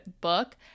book